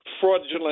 fraudulent